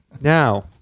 Now